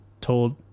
told